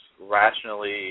rationally